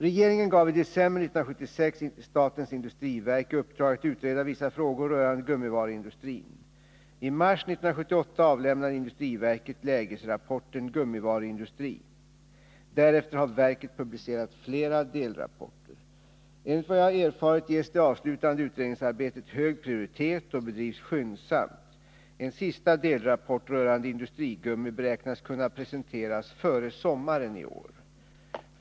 Regeringen gav i december 1976 statens industriverk i uppdrag att utreda vissa frågor rörande gummivaruindustrin. I mars 1978 avlämnade industriverket lägesrapporten Gummivaruindustri . Därefter har verket publicerat flera delrapporter. Enligt vad jag erfarit ges det avslutande utredningsarbetet hög prioritet och bedrivs skyndsamt. En sista delrapport rörande industrigummi beräknas kunna presenteras före sommaren i år.